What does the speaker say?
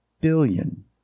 billion